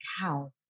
cow